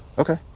okay.